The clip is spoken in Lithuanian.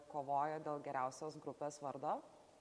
kovojo dėl geriausios grupės vardo